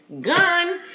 Gun